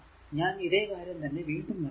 ഞാൻ ഇതേ കാര്യം തന്നെ വീണ്ടും വരക്കുന്നു